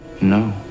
No